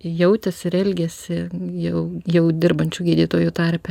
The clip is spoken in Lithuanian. jautėsi ir elgėsi jau jau dirbančių gydytojų tarpe